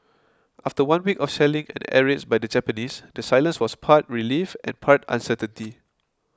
after one week of shelling and air raids by the Japanese the silence was part relief and part uncertainty